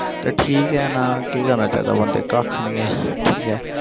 ते ठीक ऐ ना केह् करना चाहिदा बंदे गी कक्ख नेईं ऐ ठीक ऐ